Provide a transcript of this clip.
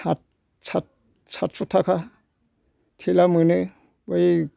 साथश' थाखा थेला मोनो बै